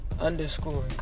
Underscore